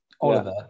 oliver